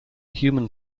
human